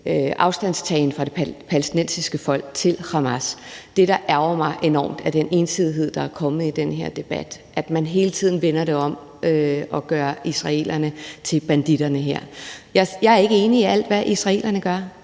afstandstagen fra det palæstinensiske folks side til Hamas. Det, der ærgrer mig enormt, er den ensidighed, der er kommet i den her debat – at man hele tiden vender det om og gør israelerne til banditterne her. Jeg er ikke enig i alt, hvad israelerne gør,